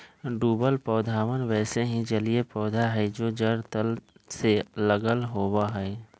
डूबल पौधवन वैसे ही जलिय पौधा हई जो जड़ तल से लगल होवा हई